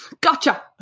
gotcha